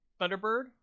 Thunderbird